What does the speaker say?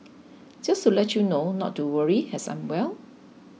just to let you know not to worry as I'm well